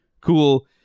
Cool